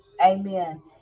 Amen